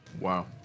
Wow